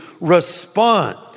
respond